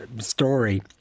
story